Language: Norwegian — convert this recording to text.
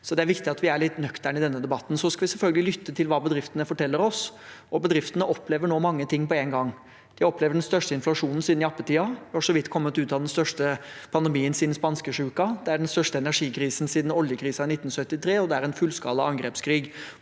det er viktig at vi er litt nøkterne i denne debatten. Vi skal selvfølgelig lytte til hva bedriftene forteller oss, og bedriftene opplever nå mange ting på en gang. De opplever den største inflasjonen siden jappetiden. De har så vidt kommet ut av den største pandemien siden spanskesyken. Det er den største energikrisen siden oljekrisen i 1973, og det er en fullskala angrepskrig